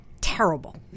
terrible